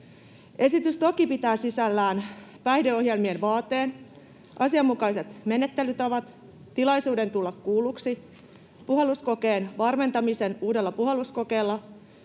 Esitys toki pitää sisällään päihdeohjelmien vaateen, asianmukaiset menettelytavat, tilaisuuden tulla kuulluksi ja puhalluskokeen varmentamisen uudella puhalluskokeella